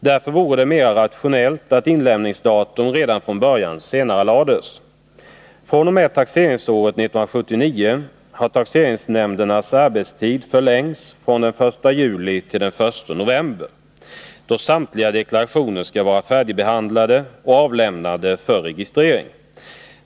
Därför vore det mera rationellt att inlämningsdatum redan från början senarelades. fr.o.m. taxeringsåret 1979 har taxeringsnämndernas arbetstid förlängts från den 1 juli till den 1 november, då samtliga deklarationer skall vara färdigbehandlade och avlämnade för registrering.